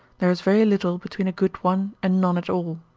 there is very little between a good one and none at all.